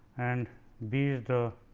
and b is the